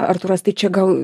artūras tai čia gal